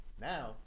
Now